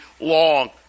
long